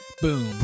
Boom